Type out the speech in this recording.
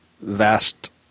vast